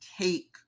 take